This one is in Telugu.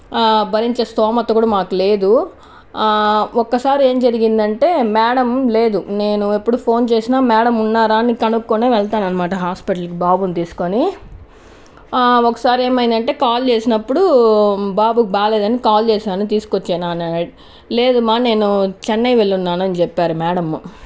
భరించే స్తోమత కూడా మాకు లేదు ఒకసారి ఏం జరిగిందంటే మ్యాడమ్ లేదు నేను ఎప్పుడు ఫోన్ చేసినా మ్యాడం ఉన్నారా అని కనుక్కొని వెళ్తాను అనమాట హాస్పిటల్కి బాబుని తీసుకొని ఒకసారి ఏమైంది అంటే కాల్ చేసినప్పుడు బాబుకు బాగాలేదని కాల్ చేశాను తీసుకువచ్చేనా అని అడి లేదు మా నేను చెన్నై వెళ్ళున్నాను అని చెప్పారు మేడం